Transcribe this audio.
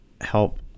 help